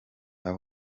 aha